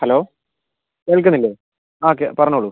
hello കേൾക്കുന്നില്ലേ ആ പറഞ്ഞോളു